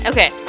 Okay